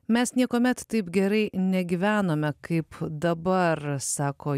mes niekuomet taip gerai negyvenome kaip dabar sako